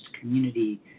Community